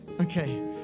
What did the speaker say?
Okay